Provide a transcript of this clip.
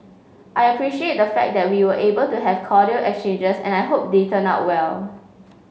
I appreciate the fact that we were able to have cordial exchanges and I hope they turn out well